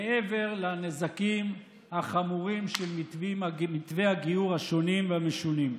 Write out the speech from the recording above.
מעבר לנזקים החמורים של מתווי הגיור השונים והמשונים.